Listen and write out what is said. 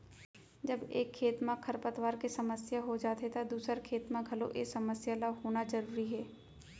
जब एक खेत म खरपतवार के समस्या हो जाथे त दूसर खेत म घलौ ए समस्या ल होना जरूरी हे